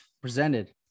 presented